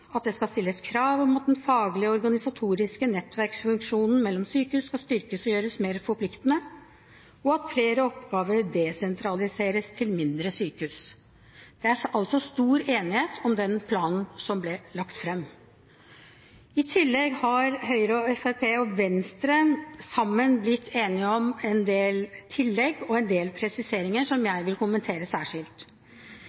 at det skal stilles krav om at den faglige og organisatoriske nettverksfunksjonen mellom sykehus skal styrkes og gjøres mer forpliktende at flere oppgaver desentraliseres til mindre sykehus Det er altså stor enighet om den planen som ble lagt fram. I tillegg har Høyre, Fremskrittspartiet og Venstre sammen blitt enige om en del tillegg og en del presiseringer som